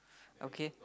okay